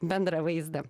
bendrą vaizdą